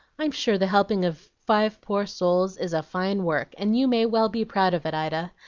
i'm sure the helping of five poor souls is a fine work, and you may well be proud of it, ida.